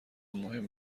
مهم